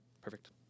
Perfect